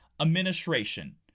administration